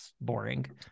boring